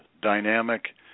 dynamic